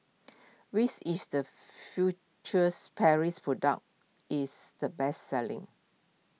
is the futures Paris product is the best selling